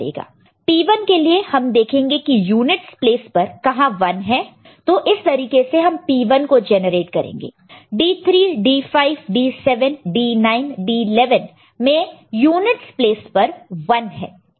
P1 के लिए हम देखेंगे की यूनिटस प्लेस पर कहां 1 है तो इस तरीके से हम P1 को जनरेट करेंगे D3 D5 D7 D9 D11 में यूनिटस प्लेस पर 1 है